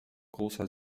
großer